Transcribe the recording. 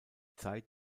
zeit